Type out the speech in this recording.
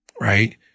right